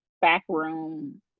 backroom